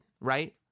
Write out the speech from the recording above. Right